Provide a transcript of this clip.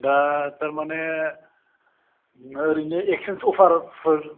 दा थारमाने ओरैनो एकसेन्ज अफारफोर